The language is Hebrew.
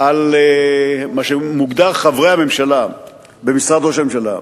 על מה שמוגדר חברי הממשלה במשרד ראש הממשלה,